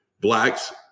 blacks